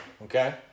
Okay